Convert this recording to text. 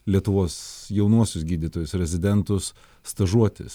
lietuvos jaunuosius gydytojus rezidentus stažuotis